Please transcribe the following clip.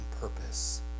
purpose